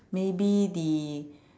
maybe the